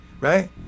right